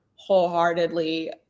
wholeheartedly